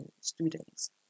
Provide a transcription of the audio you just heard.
students